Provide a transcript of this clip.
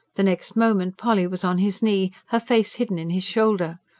the next moment polly was on his knee, her face hidden in his shoulder.